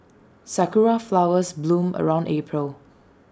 Sakura Flowers bloom around April